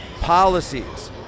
policies